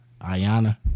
Ayana